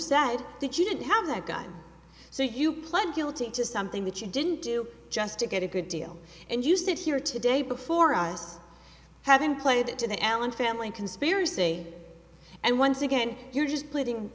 sad that you didn't have that gun so you pled guilty to something that you didn't do just to get a good deal and you sit here today before us having played it to the allen family conspiracy and once again you're just